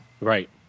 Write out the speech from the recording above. right